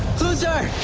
luther!